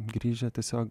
grįžę tiesiog